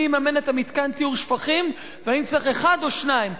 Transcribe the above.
מי יממן את מתקן טיהור השפכים ואם צריך אחד או שניים.